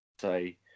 say